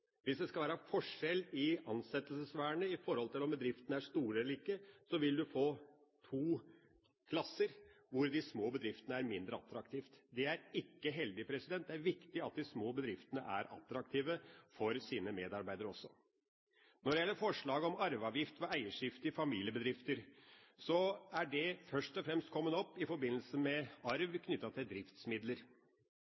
Hvis det skal være forskjell i ansettelsesvernet i forhold til om bedriftene er store eller ikke, vil man få to klasser, hvor de små bedriftene er mindre attraktive. Det er ikke heldig. Det er viktig at de små bedriftene er attraktive for sine medarbeidere også. Når det gjelder forslaget om arveavgift ved eierskifte i familiebedrifter, er det først og fremst kommet opp i forbindelse med arv